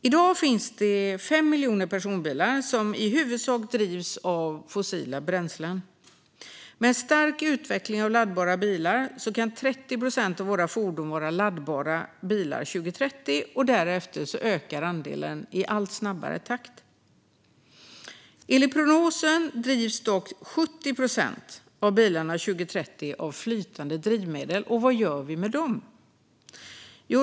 I dag finns det 5 miljoner personbilar som i huvudsak drivs av fossila bränslen. Med en stark utveckling av laddbara bilar kan 30 procent av våra fordon vara laddbara bilar 2030, och därefter ökar andelen i allt snabbare takt. Enligt prognosen drivs dock 70 procent av bilarna 2030 av flytande drivmedel, och vad gör vi med dem?